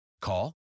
Call